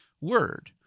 word